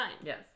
Yes